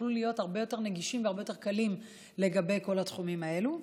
שיוכלו להיות הרבה יותר נגישים והרבה יותר קלים בכל התחומים האלה.